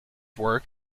work